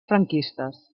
franquistes